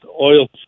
oil